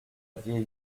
vieille